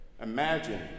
Imagine